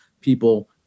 people